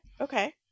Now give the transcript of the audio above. okay